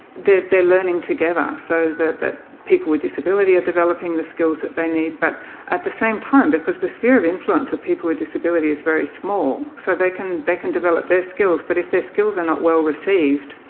they're learning together so that that people with disability are developing the skills that they need but at the same time, because the sphere of influence of people with disability is very small. so they can they can develop their skills, but if their skills are not well received,